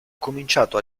cominciato